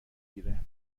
گیره